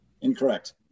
Incorrect